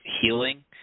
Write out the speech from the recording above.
Healing